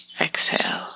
exhale